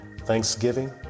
Thanksgiving